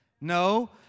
No